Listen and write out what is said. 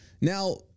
Now